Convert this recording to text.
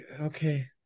okay